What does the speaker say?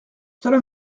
cela